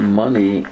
money